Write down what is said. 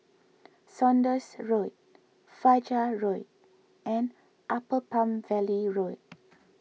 Saunders Road Fajar Road and Upper Palm Valley Road